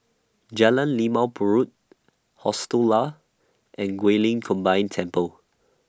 Jalan Limau Purut Hostel Lah and Guilin Combined Temple